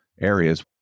areas